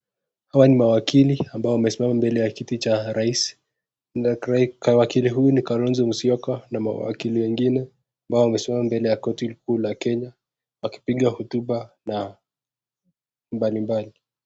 Hawa ni mawakili ambao wamesimama mbele cha kiti cha rais wakili huu ni Kalonzo Muswoka na na wakili wengine ambao mbele ya kotii kuu ya Kenya wakipiga hotuba mbalimbali.